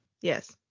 Yes